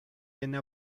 venne